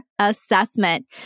assessment